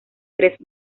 tres